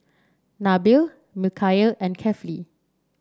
Nabil Mikhail and Kefli